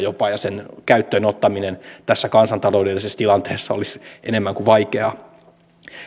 ja sen käyttöön ottaminen tässä kansantaloudellisessa tilanteessa olisi enemmän kuin vaikeaa